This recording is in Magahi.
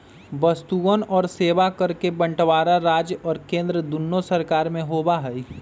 वस्तुअन और सेवा कर के बंटवारा राज्य और केंद्र दुन्नो सरकार में होबा हई